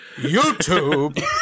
YouTube